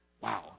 Wow